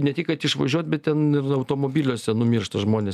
ne tik kad išvažiuot bet ten automobiliuose numiršta žmonės